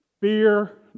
Fear